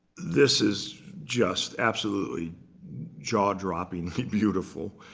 this is just absolutely jaw-dropping beautiful,